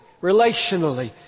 relationally